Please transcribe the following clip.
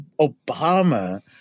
Obama